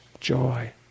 joy